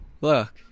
look